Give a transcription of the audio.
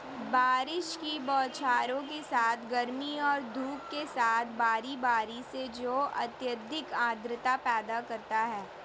बारिश की बौछारों के साथ गर्मी और धूप के साथ बारी बारी से जो अत्यधिक आर्द्रता पैदा करता है